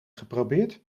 geprobeerd